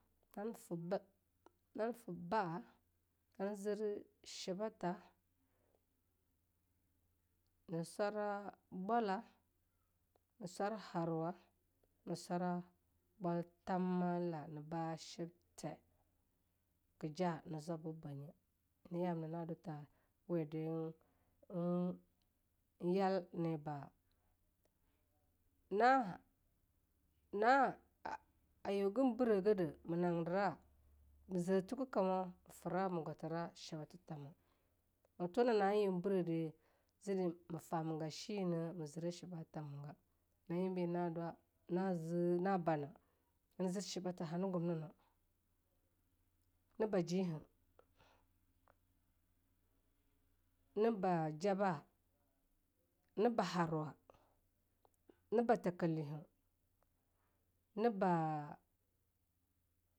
Nine fue ba'a nine fue ba'a na ne zir shebata, ne swara bola, ne swar harwa, ne swara bol tamala ne ba shipthe ke ja ne zwababanye, nyena yamna na duta we de en yal ne ba'a.na'a na'a a yugen biregade mu nagendira me fera me gwathera shebathatamu, me twoe na'a yu birede zide me famaga sheyinege me zira shibatha muga, nyina enbe na dwa na zi na bana'a ne zir shibatha hana gumnanawa. nae bahjiehe, nae bah jaba'ah, nae bah harwa, naebah takalihe, nae bah